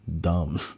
dumb